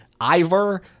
Ivor